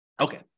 Okay